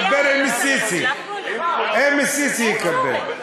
דבר עם סיסי, אם סיסי יקבל.